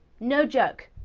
no joke.